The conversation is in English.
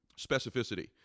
Specificity